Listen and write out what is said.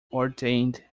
ordained